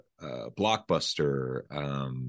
Blockbuster